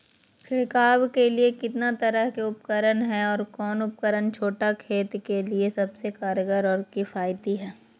छिड़काव के लिए कितना तरह के उपकरण है और कौन उपकरण छोटा खेत के लिए सबसे कारगर और किफायती है?